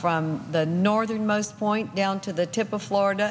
from the northernmost point down to the tip of florida